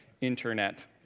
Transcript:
internet